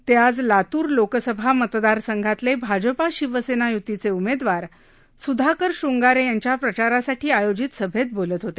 ते आज लातूर लोकसभा मतदारसंघातले भाजपा शिवसेना य्तीचे उमेदवार सुधाकर शंगारे यांच्या प्रचारासाठी आयोजित सभेत बोलत होते